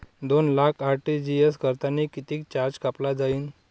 दोन लाख आर.टी.जी.एस करतांनी कितीक चार्ज कापला जाईन?